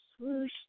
Swoosh